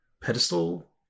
pedestal